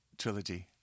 trilogy